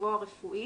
במצבו הרפואי